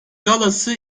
galası